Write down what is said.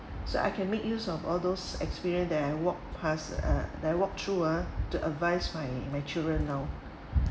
so I can make use of all those experience that I walk past uh I walk through ah to advise my my children now